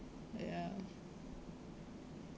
ya